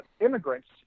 immigrants